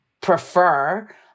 prefer